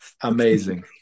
Amazing